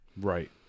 Right